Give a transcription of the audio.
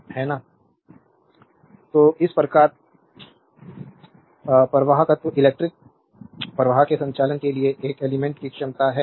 slide time देखें 2023 तो इस प्रकार प्रवाहकत्त्व इलेक्ट्रिक प्रवाह के संचालन के लिए एक एलिमेंट्स की क्षमता है